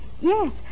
Yes